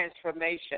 transformation